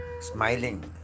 smiling